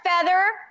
feather